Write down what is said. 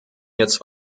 jetzt